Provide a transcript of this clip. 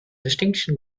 distinction